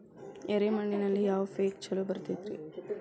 ಎರೆ ಮಣ್ಣಿನಲ್ಲಿ ಯಾವ ಪೇಕ್ ಛಲೋ ಬರತೈತ್ರಿ?